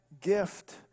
gift